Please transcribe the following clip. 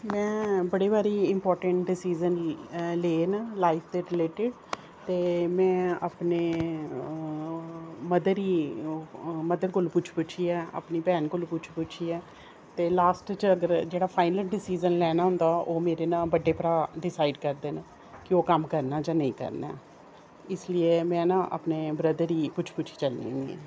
में बड़ी बारी इंपार्टैंट डिसिजन ले न लाइफ दे रिलेटड़ ते में अपने मदर ई ओह् मदर कोला पुच्छी पुच्छियै अपनी भैन कोला पुच्छी पुच्छियै ते लास्ट च अगर जेह्ड़ा फाइनल डिसिजन लैना होंदा हा ओह् मेरे न बड्डे भ्रा डिसाइड करदे न कि ओह् कम्म करना जां नेईं करना इस लेई में ना अपने ब्रदर ई पुच्छी पुच्छियै चलनी होन्नी आं